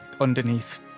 underneath